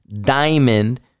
diamond